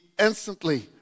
instantly